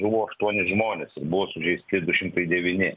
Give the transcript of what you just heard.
žuvo aštuoni žmonės ir buvo sužeisti du šimtai devyni